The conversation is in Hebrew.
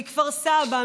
מכפר סבא,